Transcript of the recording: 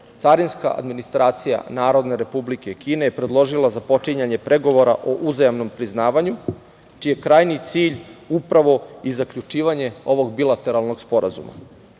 Carinska administracija Narodne Republike Kine je predložila započinjanje pregovora u uzajamnom priznavanju čiji je krajnji cilj upravo i zaključivanje ovog bilateralnog sporazuma. Osnovni